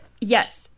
Yes